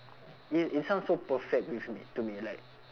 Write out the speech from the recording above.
it it sounds so perfect with me to me like